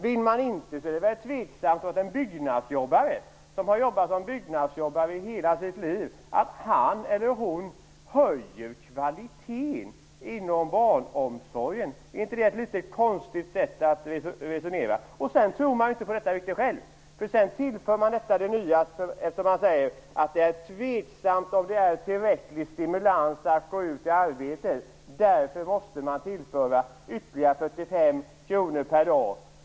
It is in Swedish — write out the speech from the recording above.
Om man inte vill det, är det tveksamt om en byggnadsjobbare som har jobbat som en sådan i hela sitt liv höjer kvaliteten inom barnomsorgen. Är inte det ett litet konstigt sätt att resonera? Dessutom tror Socialdemokraterna inte riktigt själva på detta, eftersom de sedan säger att det är tveksamt om det är tillräcklig stimulans att gå ut i arbete, och därför tillför ytterligare 45 kr per dag.